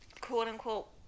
quote-unquote